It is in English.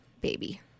baby